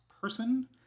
person